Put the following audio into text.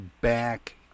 back